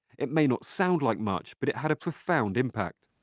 it may not sound like much, but it had a profound impact.